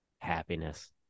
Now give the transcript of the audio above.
Happiness